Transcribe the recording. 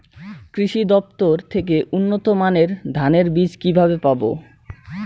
কৃষি দফতর থেকে উন্নত মানের ধানের বীজ কিভাবে পাব?